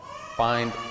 find